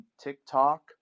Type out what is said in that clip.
TikTok